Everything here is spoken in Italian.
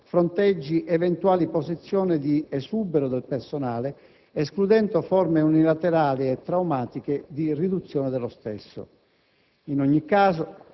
fronteggi eventuali posizioni di esubero del personale escludendo forme unilaterali e traumatiche di riduzione dello stesso. In ogni caso,